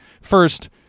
First